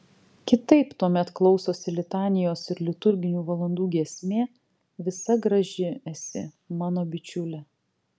kitaip tuomet klausosi litanijos ir liturginių valandų giesmė visa graži esi mano bičiule